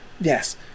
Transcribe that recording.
yes